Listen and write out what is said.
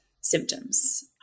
symptoms